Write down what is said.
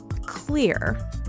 clear